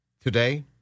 Today